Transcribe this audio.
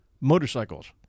motorcycles